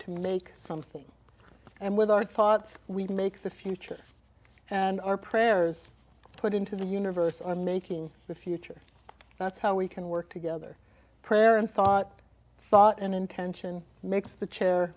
to make something and with our thoughts we make the future and our prayers put into the universe and making the future that's how we can work together prayer and thought thought and intention makes the chair